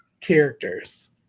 characters